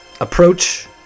Approach